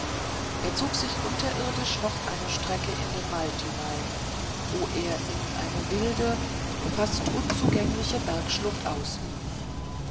er zog sich unterirdisch noch eine strecke in den wald hinein wo er in eine wilde fast unzugängliche bergschlucht auslief